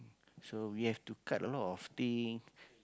so we have to cut a lot of thing